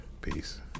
Peace